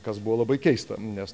kas buvo labai keista nes